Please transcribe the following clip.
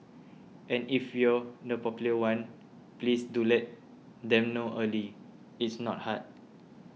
and if you're the popular one please do let them know early it's not hard